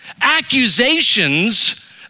accusations